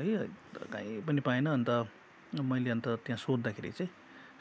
है काहीँ पनि पाइनँ अन्त मैले अन्त त्यहाँ सोद्धाखेरि चाहिँ